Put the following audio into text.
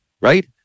right